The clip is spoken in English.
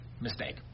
Mistake